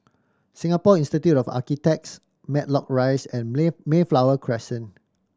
Singapore Institute of Architects Matlock Rise and May Mayflower Crescent